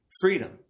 freedom